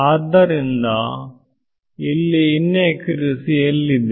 ಆದ್ದರಿಂದ ಇನ್ನ ಕ್ಯೂಎಎಸಿ ಇಲ್ಲಿದೆ